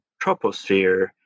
troposphere